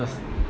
because